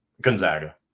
Gonzaga